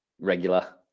regular